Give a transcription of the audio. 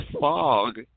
fog